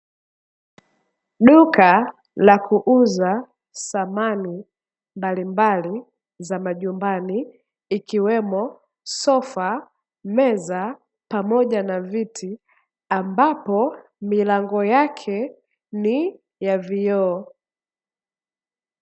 Duka la kuuza samani mbalimbali za majumbani ikiwemo sofa, meza pamoja na viti ambapo milango yake ni ya vioo.